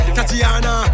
Tatiana